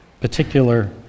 particular